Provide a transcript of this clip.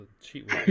cheat